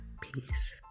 Peace